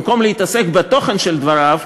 במקום להתעסק בתוכן של דבריו,